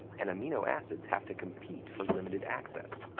and amino acids have to compete for limited access.